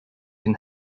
and